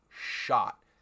shot